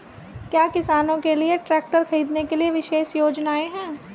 क्या किसानों के लिए ट्रैक्टर खरीदने के लिए विशेष योजनाएं हैं?